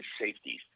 safeties